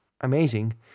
amazing